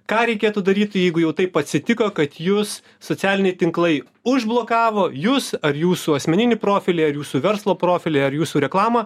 ką reikėtų daryti jeigu jau taip atsitiko kad jus socialiniai tinklai užblokavo jus ar jūsų asmeninį profilį ar jūsų verslo profilį ar jūsų reklamą